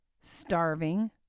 starving